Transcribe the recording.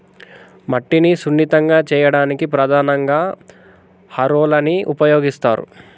మట్టిని సున్నితంగా చేయడానికి ప్రధానంగా హారోలని ఉపయోగిస్తరు